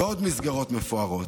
ועוד מסגרות מפוארות.